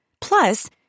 Plus